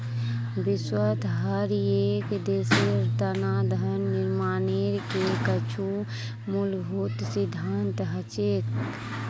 विश्वत हर एक देशेर तना धन निर्माणेर के कुछु मूलभूत सिद्धान्त हछेक